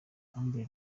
amber